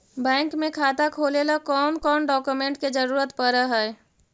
Bank में खाता खोले ल कौन कौन डाउकमेंट के जरूरत पड़ है?